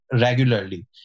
regularly